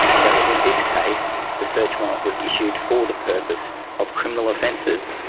so in this case the search warrant was issued for the purpose of criminal offences,